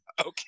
Okay